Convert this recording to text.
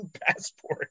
passport